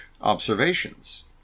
observations